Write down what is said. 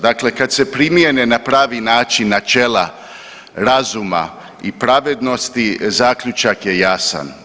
Dakle, kad se primjene na pravi način načela razuma i pravednosti zaključak je jasan.